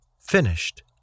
finished